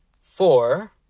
four